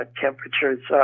temperatures